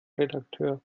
redakteur